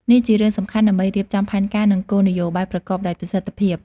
នេះជារឿងសំខាន់ដើម្បីរៀបចំផែនការ និងគោលនយោបាយប្រកបដោយប្រសិទ្ធភាព។